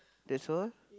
that's all